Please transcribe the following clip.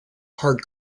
hard